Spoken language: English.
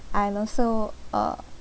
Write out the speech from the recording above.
I also uh